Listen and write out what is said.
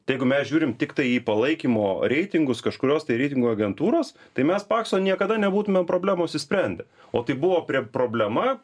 tegu mes žiūrim tiktai į palaikymo reitingus kažkurios tai reitingų agentūros tai mes pakso niekada nebūtume problemos išsisprendę o tai buvo prie problema